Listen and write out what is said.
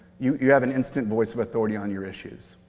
you you have an instant voice of authority on your issues.